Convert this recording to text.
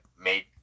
made